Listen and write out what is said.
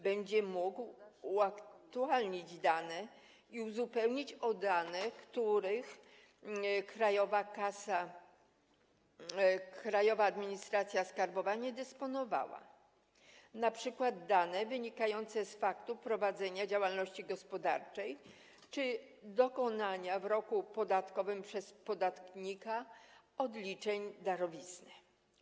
Będzie mógł uaktualnić dane i uzupełnić je o te, którymi Krajowa Administracja Skarbowa nie dysponowała, np. o dane wynikające z faktu prowadzenia działalności gospodarczej czy dokonania w roku podatkowym przez podatnika odliczeń darowizny.